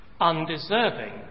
undeserving